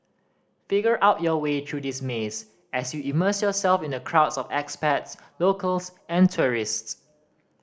figure out your way through this maze as you immerse yourself in the crowds of locals and tourists